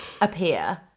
appear